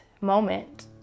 moment